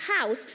house